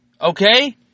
okay